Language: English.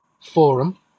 Forum